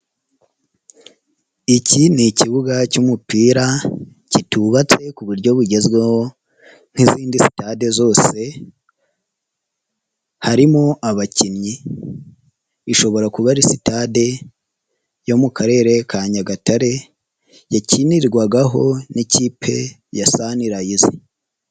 Iki ni ikibuga cy'umupira kitubatse ku buryo bugezweho nk'izindi sitade zose, harimo abakinnyi ishobora kuba ari sitade yo mu karere ka Nyagatare yakinirwagaho n'ikipe ya Sonrise.